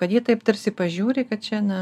kad jie taip tarsi pažiūri kad čia na